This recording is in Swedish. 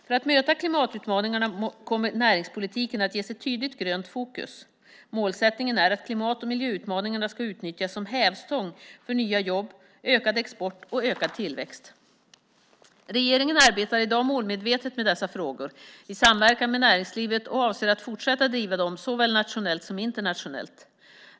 För att möta klimatutmaningarna kommer näringspolitiken att ges ett tydligt grönt fokus. Målsättningen är att klimat och miljöutmaningarna ska utnyttjas som hävstång för nya jobb, ökad export och ökad tillväxt. Regeringen arbetar i dag målmedvetet med dessa frågor i samverkan med näringslivet och avser att fortsatt driva dem såväl nationellt som internationellt.